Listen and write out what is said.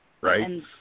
right